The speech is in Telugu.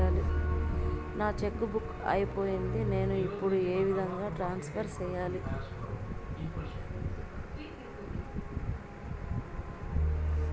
నా చెక్కు బుక్ అయిపోయింది నేను ఇప్పుడు ఏ విధంగా ట్రాన్స్ఫర్ సేయాలి?